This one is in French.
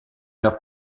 leur